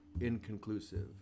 inconclusive